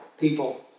people